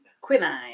Quinine